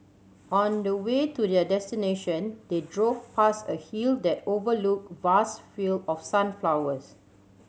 on the way to their destination they drove past a hill that overlooked vast field of sunflowers